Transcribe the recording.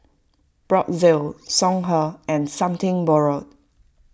Brotzeit Songhe and Something Borrowed